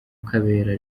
kabera